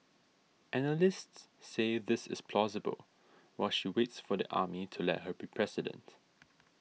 analysts say this is plausible while she waits for the army to let her be president